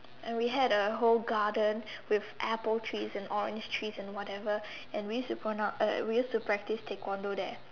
and we had a whole garden with apple trees and orange trees and whatever and we used to practice Taekwondo there